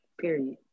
period